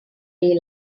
day